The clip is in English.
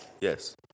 Yes